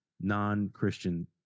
non-Christian